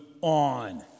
on